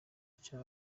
cya